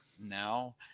Now